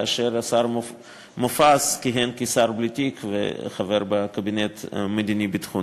כאשר השר מופז כיהן כשר בלי תיק וחבר בקבינט המדיני-ביטחוני.